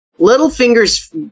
Littlefinger's